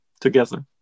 together